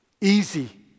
Easy